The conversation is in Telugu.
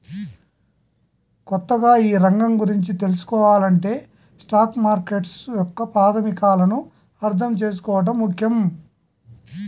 కొత్తగా ఈ రంగం గురించి తెల్సుకోవాలంటే స్టాక్ మార్కెట్ యొక్క ప్రాథమికాలను అర్థం చేసుకోవడం ముఖ్యం